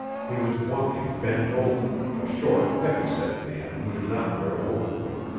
he was walking bent over, a short, heavy-set man who did not wear an overcoat.